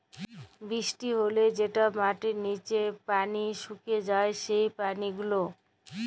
বৃষ্টি হ্যলে যেটা মাটির লিচে পালি সুকে যায় সেই পালি গুলা